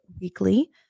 weekly